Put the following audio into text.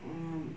mm